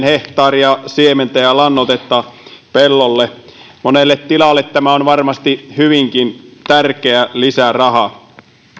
hehtaaria siementä ja lannoitetta pellolle monelle tilalle tämä on varmasti hyvinkin tärkeä lisäraha